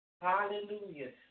Hallelujah